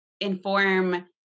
inform